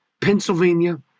Pennsylvania